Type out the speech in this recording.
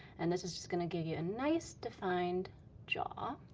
and this is just gonna give you a nice, defined jaw.